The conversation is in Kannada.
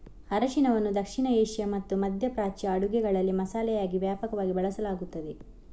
ಅರಿಶಿನವನ್ನು ದಕ್ಷಿಣ ಏಷ್ಯಾ ಮತ್ತು ಮಧ್ಯ ಪ್ರಾಚ್ಯ ಅಡುಗೆಗಳಲ್ಲಿ ಮಸಾಲೆಯಾಗಿ ವ್ಯಾಪಕವಾಗಿ ಬಳಸಲಾಗುತ್ತದೆ